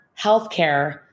healthcare